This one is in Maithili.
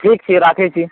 ठीक छै राखैत छी